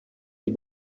die